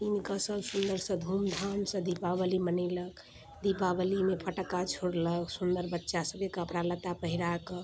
कीनके सब सुन्दरसँ धूम धामसँ दीपावली मनेलक दीपावलीमे फटक्का छोड़लक सुन्दर बच्चा सबके कपड़ा लत्ता पहिरा कऽ